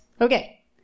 Okay